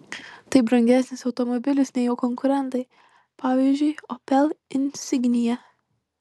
tai brangesnis automobilis nei jo konkurentai pavyzdžiui opel insignia